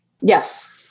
Yes